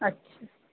अछ